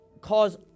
cause